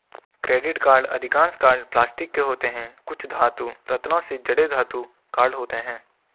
credit card अधिकांश card plastic के होते हैं, कुछ धातु, रत्नों से जड़े धातु कार्ड होते हैं